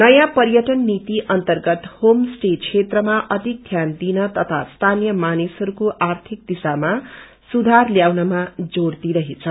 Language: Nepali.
नयाँ पयर्टन नीति अन्तरगत होम स्टे क्षेमत्रा अविक ध्यान दिन तथा स्थानिय मानिसहसाके आर्थिक दिशामा सुधार ल्याउनमा जोड़ दिरहेछ